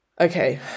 Okay